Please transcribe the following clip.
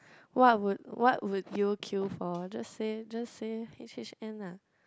what would what would you queue for just say just say H_H_N lah